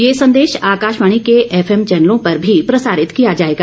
ये संदेश आकाशवाणी के एफएम चैनलों पर भी प्रसारित किया जाएगा